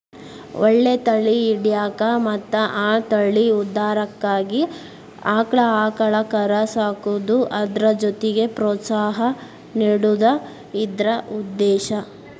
ಒಳ್ಳೆ ತಳಿ ಹಿಡ್ಯಾಕ ಮತ್ತ ಆ ತಳಿ ಉದ್ಧಾರಕ್ಕಾಗಿ ಆಕ್ಳಾ ಆಕಳ ಕರಾ ಸಾಕುದು ಅದ್ರ ಜೊತಿಗೆ ಪ್ರೋತ್ಸಾಹ ನೇಡುದ ಇದ್ರ ಉದ್ದೇಶಾ